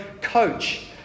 coach